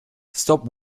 stop